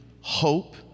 hope